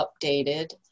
updated